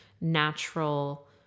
natural